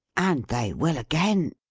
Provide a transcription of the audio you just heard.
and they will again,